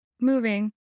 moving